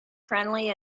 friendly